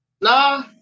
Nah